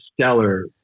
stellar